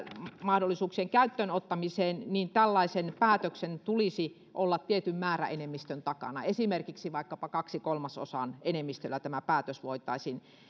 etämahdollisuuksien käyttöön ottamiseen niin tällaisen päätöksen tulisi olla tietyn määräenemmistön takana esimerkiksi vaikkapa kahden kolmasosan enemmistöllä tämä päätös voitaisiin